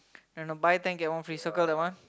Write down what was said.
I don't know buy ten get one free circle that one